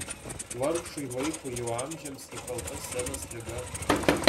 vargšui vaikui jau amžiams įkalta scenos liga